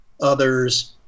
others